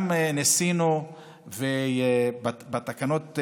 ניסינו בתקנות,